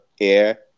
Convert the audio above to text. air